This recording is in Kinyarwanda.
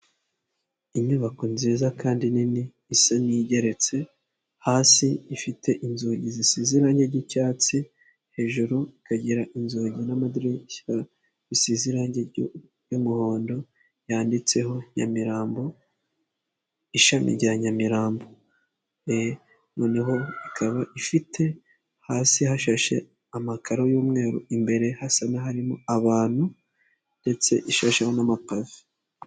Inyubako nziza kandi nini isa n'geretse hasi ifite inzugi zisiranye ry'icyatsi hejuru ikagira inzugi n'amadirishya bisize irangi ry'umuhondo yanditseho nyamirambo, ishami rya nyamirambo noneho ikaba ifite hasi hashashe amakara y'umweru imbere hasa n' harimo abantu ndetse ishashe n'amapave.